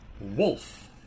Wolf